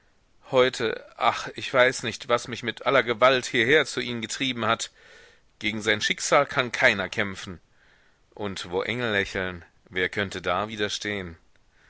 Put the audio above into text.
heute ach ich weiß nicht was mich mit aller gewalt hierher zu ihnen getrieben hat gegen sein schicksal kann keiner kämpfen und wo engel lächeln wer könnte da widerstehen